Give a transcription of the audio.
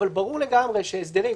אבל ברור לגמרי שהסדרים,